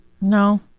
No